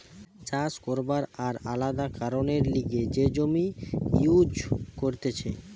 চাষ করবার আর আলাদা কারণের লিগে যে জমি ইউজ করতিছে